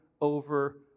over